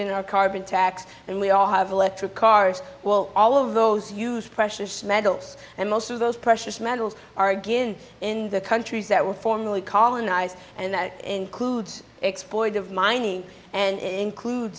in our carbon tax and we all have electric cars well all of those use precious metals and most of those precious metals are given in the countries that were formerly colonized and that includes exploitive mining and it include